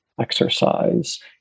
exercise